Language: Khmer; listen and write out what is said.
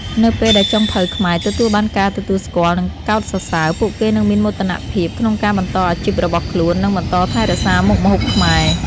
នៅពេលដែលចុងភៅខ្មែរទទួលបានការទទួលស្គាល់ និងកោតសរសើរ ពួកគេនឹងមានមោទកភាពក្នុងការបន្តអាជីពរបស់ខ្លួន និងបន្តថែរក្សាមុខម្ហូបខ្មែរ។